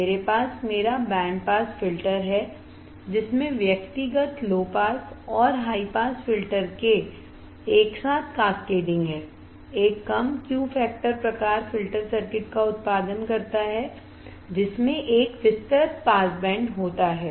मेरे पास मेरा बैंड पास फिल्टर है जिसमें व्यक्तिगत लो पास और हाई पास फिल्टर के एक साथ कैस्केडिंग है एक कम Q फैक्टर प्रकार फिल्टर सर्किट का उत्पादन करता है जिसमें एक विस्तृत पास बैंड होता है